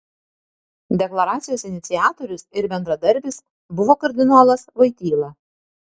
deklaracijos iniciatorius ir bendradarbis buvo kardinolas voityla